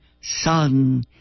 son